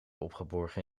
opgeborgen